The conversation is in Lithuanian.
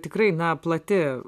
tikrai na plati